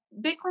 Bitcoin